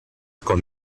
con